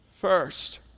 first